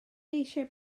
eisiau